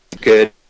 good